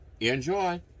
Enjoy